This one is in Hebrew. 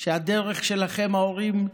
הדרך שלכם, ההורים,